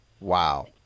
Wow